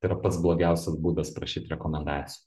tai yra pats blogiausias būdas prašyt rekomendacijų